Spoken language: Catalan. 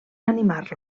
animar